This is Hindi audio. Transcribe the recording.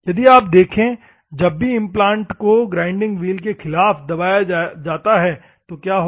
यदि आप देखें जब भी इम्प्लांट को ग्राइंडिंग व्हील के खिलाफ दबाया जाता है तो क्या होगा